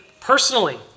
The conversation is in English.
personally